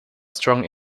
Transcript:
strong